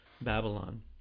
Babylon